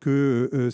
que